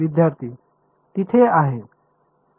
विद्यार्थी तिथे आहे